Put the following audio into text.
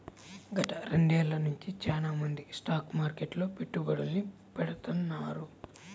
గత రెండేళ్ళ నుంచి చానా మంది స్టాక్ మార్కెట్లో పెట్టుబడుల్ని పెడతాన్నారు